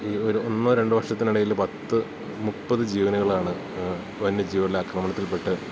ഈ ഒരു ഒന്നോ രണ്ട് വർഷത്തിനിടയിൽ പത്ത് മുപ്പത് ജീവനുകളാണ് വന്യജീവികളുടെ ആക്രമണത്തിൽപ്പെട്ട്